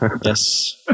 Yes